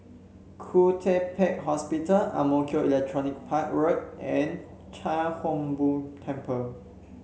Khoo Teck Puat Hospital Ang Mo Kio Electronics Park Road and Chia Hung Boo Temple